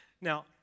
now